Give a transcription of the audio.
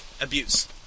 abuse